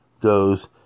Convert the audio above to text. goes